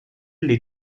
les